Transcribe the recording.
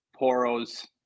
Poro's